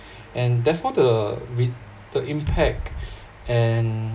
and therefore the with the impact and